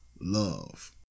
Love